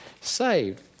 saved